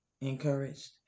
encouraged